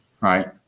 right